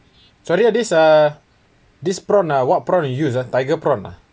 sorry uh this uh this prawn uh what prawn you use uh tiger prawn